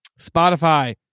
Spotify